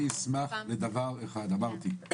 אני אשמח לדבר אחד, אמרתי.